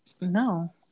No